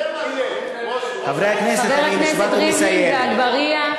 חברי הכנסת ריבלין ואגבאריה,